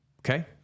Okay